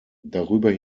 darüber